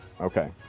Okay